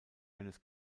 eines